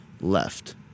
left